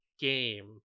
game